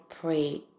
pray